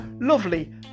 Lovely